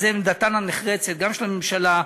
זו עמדתם הנחרצת גם של הממשלה,